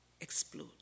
explode